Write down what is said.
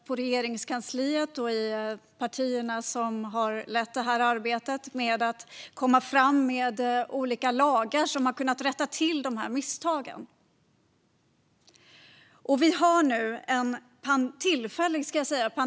På Regeringskansliet och i de partier som har lett det här arbetet har vi jobbat hårt med att komma fram med olika lagar för att rätta till dessa misstag. Nu har vi en pandemilagstiftning - tillfällig, ska jag säga.